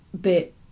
bit